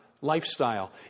Lifestyle